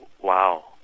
wow